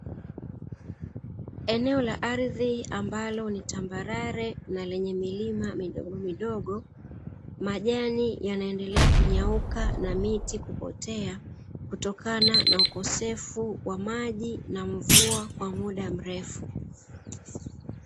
Eneo la ardhi ambalo ni tambalale na lenye milima midogo midogo, majani yanaendelea kunyauka na miti kupotea kutokana na ukosefu wa maji na mvua kwa muda mrefu.